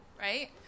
Right